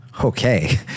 okay